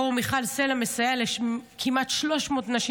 פורום מיכל סלה מסייע כמעט ל-300 נשים